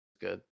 good